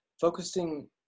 focusing